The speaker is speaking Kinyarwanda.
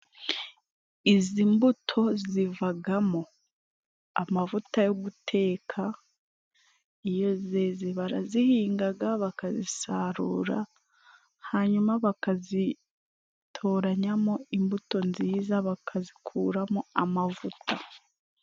Izi mbuto zivagamo amavuta yo guteka iyo zeze. Barazihingaga, bakazisarura, hanyuma bakazitoranyamo imbuto nziza bakazikuramo amavuta.